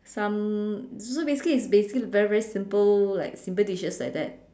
some so basically is basically very very simple like simple dishes like that